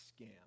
scam